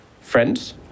friends